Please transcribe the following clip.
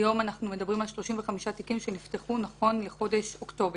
היום יש 35 תיקים שנפתחו נכון לחודש אוקטובר.